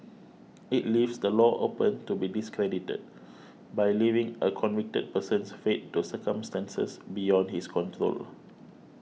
it leaves the law open to be discredited by leaving a convicted person's fate to circumstances beyond his control